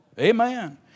Amen